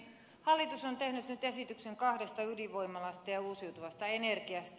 hallitus on tehnyt nyt esityksen kahdesta ydinvoimalasta ja uusiutuvasta energiasta